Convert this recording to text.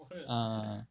ah ah ah